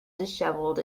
dishevelled